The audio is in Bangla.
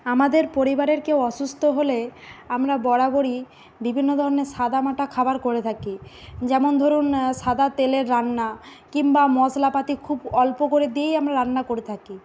আমাদের পরিবারের কেউ অসুস্থ হলে আমরা বরাবরই বিভিন্ন ধরনের সাদামাটা খাবার করে থাকি যেমন ধরুন সাদা তেলের রান্না কিংবা মশলাপাতি খুব অল্প করে দিয়েই আমরা রান্না করে থাকি